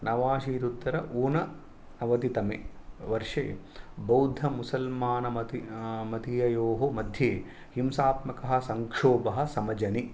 नवाशीत्युत्तर ऊननवतितमे वर्षे बौद्धमुसल्मानमति मतीययोः मध्ये हिंसात्मकः संक्षोभः समजनि